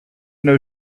know